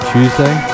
Tuesday